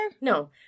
No